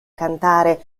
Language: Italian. cantare